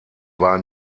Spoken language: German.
war